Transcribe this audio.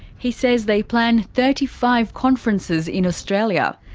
he says they plan thirty five conferences in australia